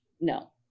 no